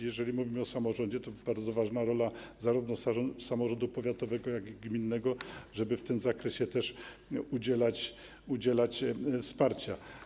Jeżeli mówimy o samorządzie, to bardzo ważna jest rola zarówno samorządu powiatowego, jak i gminnego, żeby w tym zakresie też udzielać wsparcia.